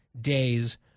days